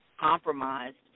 compromised